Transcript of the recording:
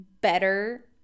better